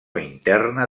interna